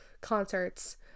concerts